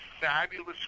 fabulous